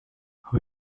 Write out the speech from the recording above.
who